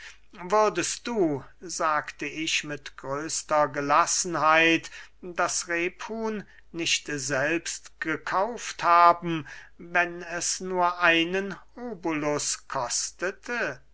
würdest du sagte ich mit größter gelassenheit das rephuhn nicht selbst gekauft haben wenn es nur einen obolus kostete